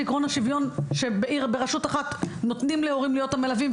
שעיקרון השוויון שבעיר ברשות אחת נותנים להורים להיות המלווים,